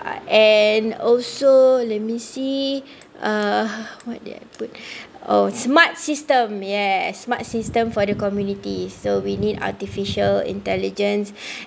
uh and also let me see uh what did I put oh smart system yes smart system for the community so we need artificial intelligence